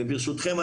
וברשותכם,